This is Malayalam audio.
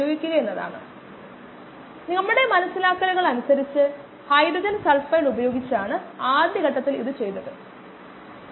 അതിനാൽ ഞാൻ ചെയ്യാൻ പോകുന്നത് അടുത്ത പ്രഭാഷണം ആരംഭിക്കുമ്പോൾ ഞാൻ ആദ്യം ഇത് നിങ്ങൾക്കായി ചെയ്തു തരും